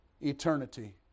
eternity